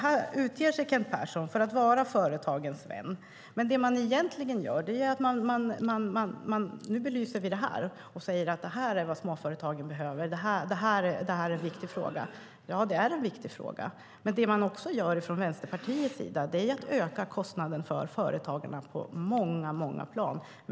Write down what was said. Här utger sig Kent Persson för att vara företagens vän, men det han egentligen säger är: Nu belyser vi det här. Vi säger att det är vad småföretagen behöver och att det är en viktig fråga. Ja, det är en viktig fråga. Men det man också gör från Vänsterpartiets sida är att öka kostnaderna för företagen på många plan.